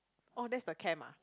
oh there's the camp ah